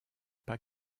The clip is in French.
pas